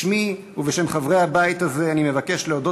בשמי ובשם חברי הבית הזה אני מבקש להודות